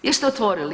Jeste otvorili?